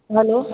hello